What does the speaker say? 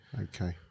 Okay